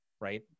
right